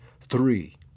Three